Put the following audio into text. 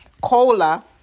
COLA